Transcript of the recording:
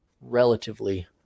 relatively